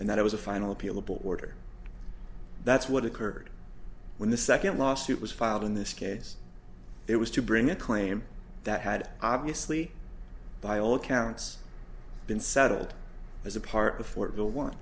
and that it was a final appealable order that's what occurred when the second lawsuit was filed in this case it was to bring a claim that had obviously by all accounts been settled as a part before the one